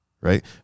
right